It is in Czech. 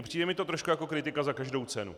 Přijde mi to trošku jako kritika za každou cenu.